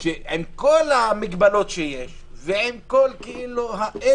עם כל המגבלות שיש ועם כל האין-פיקוח,